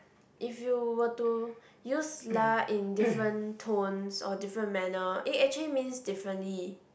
if you were to use lah in different tones or different manner it actually means differently